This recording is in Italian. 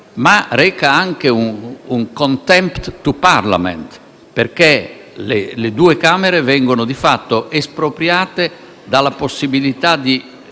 ma anche un *contempt of parliament*, perché le due Camere vengono di fatto espropriate della possibilità di